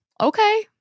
okay